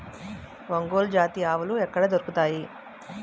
ఒంగోలు జాతి ఆవులు ఎక్కడ దొరుకుతాయి?